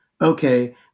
okay